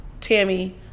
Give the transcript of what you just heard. tammy